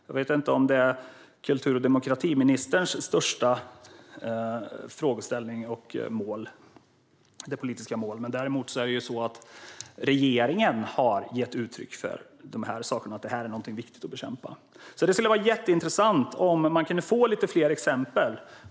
Jag vet inte om det är kultur och demokratiministerns största frågeställning och politiska mål, men däremot har ju regeringen gett uttryck för att det här är någonting som är viktigt att bekämpa. Det skulle därför vara jätteintressant med lite fler exempel.